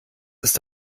ist